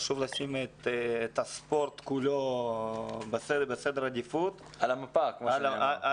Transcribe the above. חשוב לשים את הספורט כולו בסדר עדיפות ועל המפה.